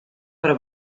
para